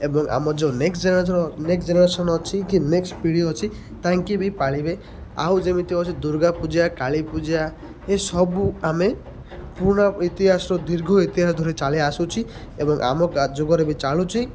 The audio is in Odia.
ଏବଂ ଆମର ଯେଉଁ ନେକ୍ସ୍ଟ ଜେନେରେସନ୍ ନେକ୍ସ୍ଟ ଜେନେରେସନ୍ ଅଛି କି ନେକ୍ସ୍ଟ ପିଢ଼ି ଅଛି ତାଙ୍କେ ବି ପାଳିବେ ଆଉ ଯେମିତି ଅଛି ଦୂର୍ଗା ପୂଜା କାଳୀ ପୂଜା ଏସବୁ ଆମେ ପୁରୁଣା ଇତିହାସର ଦୀର୍ଘ ଇତିହାସ ଧରି ଚାଲି ଆସୁଛି ଏବଂ ଆମ ଯୁଗରେ ବି ଚାଲୁଛି